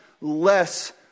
less